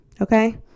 okay